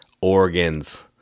organs